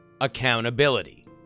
accountability